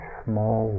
small